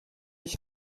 ich